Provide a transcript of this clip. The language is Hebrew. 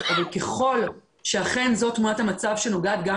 אבל ככל שאכן זו תמונת המצב שנוגעת גם